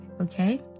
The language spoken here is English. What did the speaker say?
okay